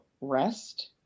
rest